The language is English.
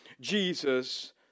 Jesus